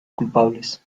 culpables